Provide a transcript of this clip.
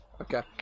Okay